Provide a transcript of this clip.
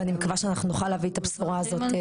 ואני מקווה שאנחנו נוכל להביא את הבשורה הזאת.